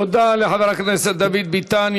תודה לחבר הכנסת דוד ביטן.